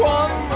one